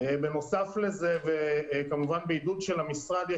בנוסף לזה וכמובן בעידוד של המשרד,